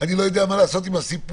אני לא יודע מה לעשות עם הסיפוח.